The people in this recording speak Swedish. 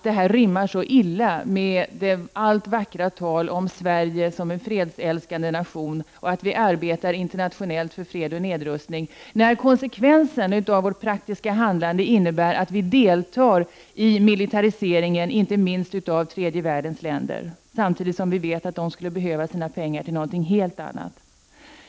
Det rimmar så illa med allt vackert tal om Sverige som en fredsälskande nation och om att vi arbetar internationellt för fred och nedrustning, när konsekvensen av vårt praktiska handlande innebär att vi deltar i militariseringen av inte minst tredje världens länder, samtidigt som vi vet att de skulle behöva sina pengar till någonting helt annat.